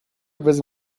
bez